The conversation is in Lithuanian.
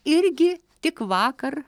irgi tik vakar